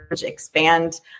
expand